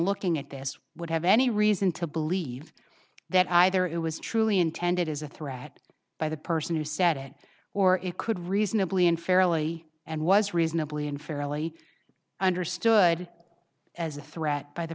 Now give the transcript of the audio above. looking at this would have any reason to believe that either it was truly intended as a threat by the person who said it or it could reasonably and fairly and was reasonably and fairly understood as a threat by the